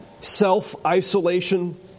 self-isolation